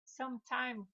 sometimes